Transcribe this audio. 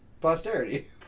posterity